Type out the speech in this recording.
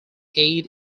aid